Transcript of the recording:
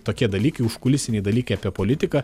tokie dalykai užkulisiniai dalykai apie politiką